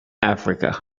africa